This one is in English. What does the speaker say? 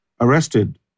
arrested